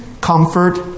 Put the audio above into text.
comfort